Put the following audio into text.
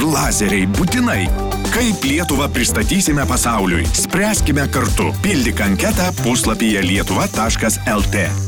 lazeriai būtinai kaip lietuvą pristatysime pasauliui spręskime kartu pildyk anketą puslapyje lietuva taškas lt